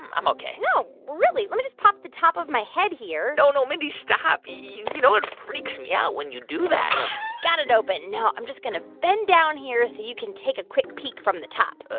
i'm ok no, really. let me just pop the top of my head here no, no. mindy, stop. you you know it freaks me out when you do that got it open. now i'm just going to bend down here so you can take a quick peek from the top